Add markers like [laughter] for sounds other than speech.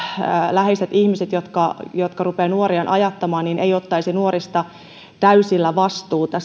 läheiset ihmiset jotka rupeavat nuoriaan ajattamaan eivät ottaisi nuorista täysillä vastuuta [unintelligible]